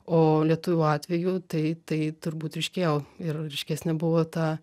o lietuvių atveju tai tai turbūt ryškėjo ir ryškesnė buvo ta